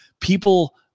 people